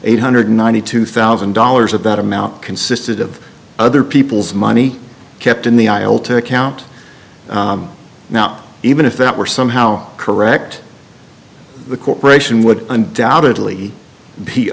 eight hundred ninety two thousand dollars of that amount consisted of other people's money kept in the aisle to account now even if that were somehow correct the corporation would undoubtedly be